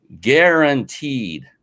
Guaranteed